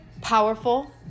powerful